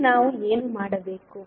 ಈಗ ನಾವು ಏನು ಮಾಡಬೇಕು